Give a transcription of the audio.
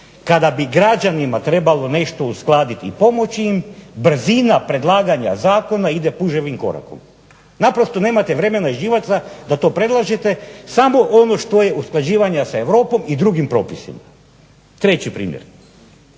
Kada bi građanima trebalo nešto uskladiti, pomoći im, brzina predlaganja zakona ide puževim korakom. Naprosto nemate vremena i živaca da to predlažete, samo ono što je usklađivanje s Europom i drugim propisima. Treći primjer,